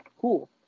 cool